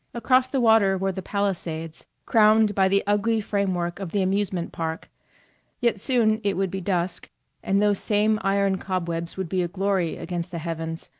across the water were the palisades, crowned by the ugly framework of the amusement park yet soon it would be dusk and those same iron cobwebs would be a glory against the heavens,